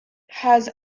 has